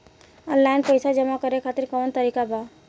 Online पइसा जमा करे खातिर कवन तरीका बा?